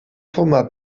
formar